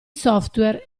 software